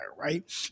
right